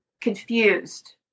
confused